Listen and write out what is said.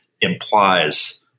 implies